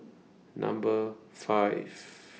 Number five